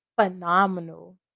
phenomenal